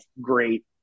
great